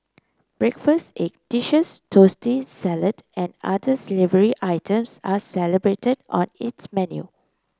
breakfast egg dishes toasty salad and other slavery items are celebrated on its menu